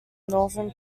northern